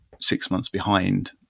six-months-behind